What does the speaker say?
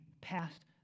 past